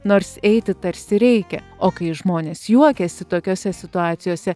nors eiti tarsi reikia o kai žmonės juokiasi tokiose situacijose